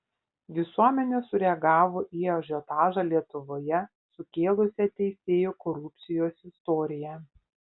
visuomenė sureagavo į ažiotažą lietuvoje sukėlusią teisėjų korupcijos istoriją